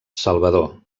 salvador